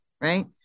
right